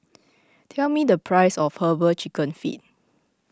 tell me the price of Herbal Chicken Feet